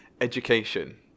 education